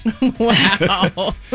Wow